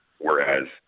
Whereas